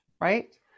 right